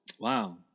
Wow